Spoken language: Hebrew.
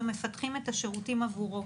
ומפתחים את השירותים עבורו.